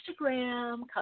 Instagram